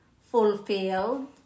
fulfilled